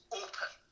open